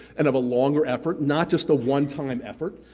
and of a longer effort, not just a one time effort.